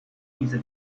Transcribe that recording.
diese